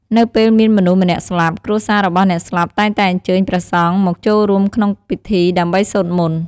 នៅពេលមានមនុស្សម្នាក់ស្លាប់ គ្រួសាររបស់អ្នកស្លាប់តែងតែអញ្ជើញព្រះសង្ឃមកចូលរួមក្នុងពិធី ដើម្បីសូត្រមន្ត។